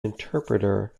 interpreter